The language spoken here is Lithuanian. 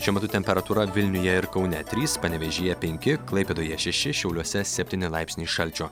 šiuo metu temperatūra vilniuje ir kaune trys panevėžyje penki klaipėdoje šeši šiauliuose septyni laipsniai šalčio